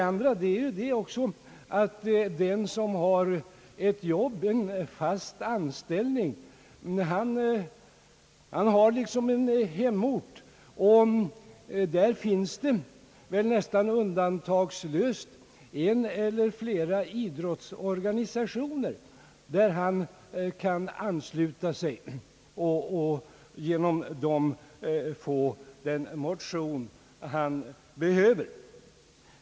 Vidare har den med fast anställning en hemort, där det undantagslöst finns en eller flera idrottsorganisationer, som han kan ansluta sig till och genom dem få sin motion.